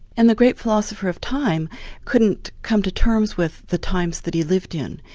and the great philosopher of time couldn't come to terms with the times that he lived in.